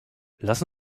lass